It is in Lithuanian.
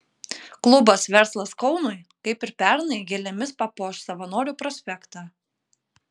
klubas verslas kaunui kaip ir pernai gėlėmis papuoš savanorių prospektą